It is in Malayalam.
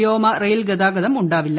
വ്യോമ റെയിൽ ഗതാഗതം ഉണ്ടാവില്ല